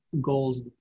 goals